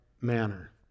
manner